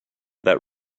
that